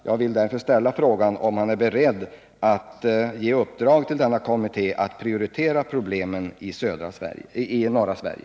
Jag vill därför ställa frågan, om statsrådet är beredd att ge i uppdrag till denna kommitté att prioritera problemen i norra Sverige.